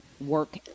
work